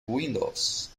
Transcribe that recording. windows